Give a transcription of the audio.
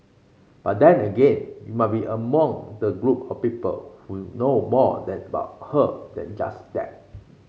but then again you might be among the group of people who know more that about her than just that